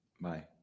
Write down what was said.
Bye